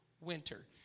winter